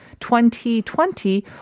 2020